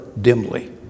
dimly